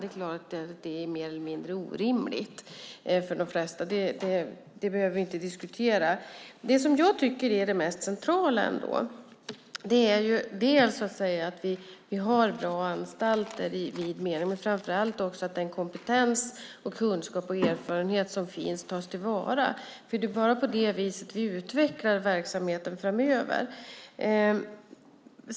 Det är klart att det är mer eller mindre orimligt för de flesta. Det behöver vi inte diskutera. Det jag tycker är det mest centrala ändå är att vi har bra anstalter i vid mening men framför allt också att den kompetens, kunskap och erfarenhet som finns tas till vara. Det är bara på det viset vi utvecklar verksamheten framöver.